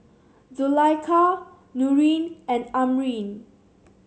Zulaikha Nurin and Amrin